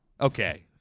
Okay